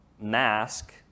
mask